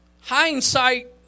Hindsight